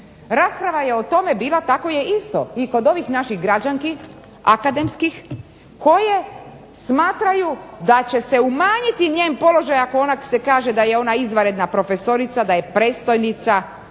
Rasprava je o tome bila, tako je isto i kod ovih naših građanki akademskih koje smatraju da će se umanjiti njen položaj ako ona se kaže da je ona izvanredna profesorica, da je predstojnica itd.,